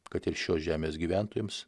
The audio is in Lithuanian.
kad ir šios žemės gyventojams